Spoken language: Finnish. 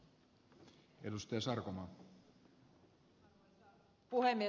arvoisa puhemies